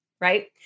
right